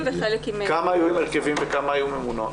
כמה היו עם הרכבים וכמה היו ממונות?